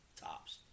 tops